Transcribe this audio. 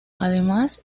además